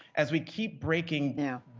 as we keep breaking. yeah